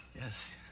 Yes